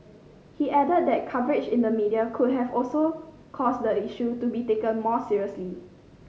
he added that coverage in the media could have also caused the issue to be taken more seriously